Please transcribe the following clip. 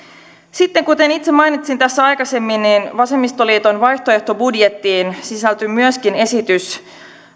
sitten kuten itse mainitsin tässä aikaisemmin vasemmistoliiton vaihtoehtobudjettiin sisältyy myöskin esitys